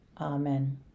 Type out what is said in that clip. Amen